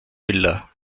villa